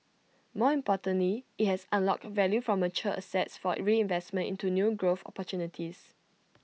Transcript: more importantly IT has unlocked value from mature assets for reinvestment into new growth opportunities